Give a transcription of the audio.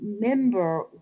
remember